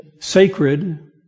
sacred